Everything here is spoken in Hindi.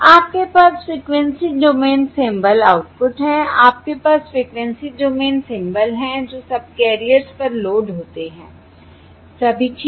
आपके पास frequency domain symbol symbols output है आपके पास फ़्रीक्वेंसी डोमेन सिंबल हैं जो सबकैरियर्स पर लोड होते हैं सभी ठीक